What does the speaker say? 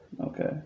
Okay